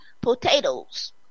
potatoes